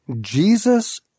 Jesus